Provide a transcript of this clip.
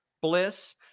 Bliss